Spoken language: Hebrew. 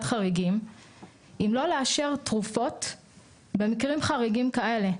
חריגים אם לא לאשר תרופות במקרים חריגים כאלו,